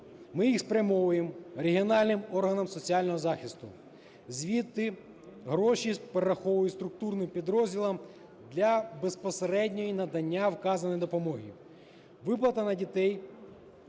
Ми їх спрямовуємо регіональним органам соціального захисту. Звідти гроші перераховують структурним підрозділам для безпосереднього надання вказаної допомоги. Виплата на дітей